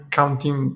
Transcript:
counting